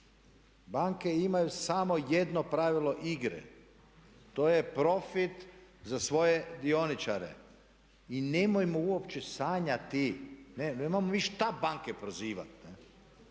Banke imaju samo jedno pravilo igre. To je profit za svoje dioničare i nemojmo uopće sanjati. Ne, nemamo mi šta banke prozivati.